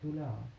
tu lah